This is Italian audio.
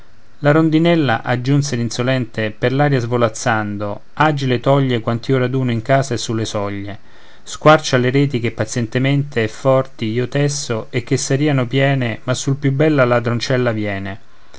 la rondinella aggiunse l'insolente per l'aria svolazzando agile toglie quant'io raduno in casa e sulle soglie squarcia le reti che pazientemente e forti io tesso e che sariano piene ma sul più bel la ladroncella viene